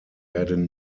werden